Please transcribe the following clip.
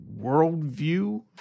worldview